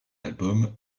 album